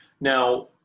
Now